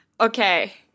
Okay